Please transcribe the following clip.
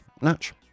Natch